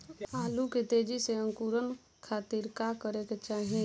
आलू के तेजी से अंकूरण खातीर का करे के चाही?